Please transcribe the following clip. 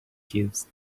gives